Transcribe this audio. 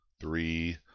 three